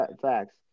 Facts